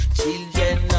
children